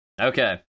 Okay